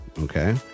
Okay